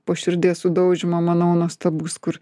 po širdies sudaužymo manau nuostabus kur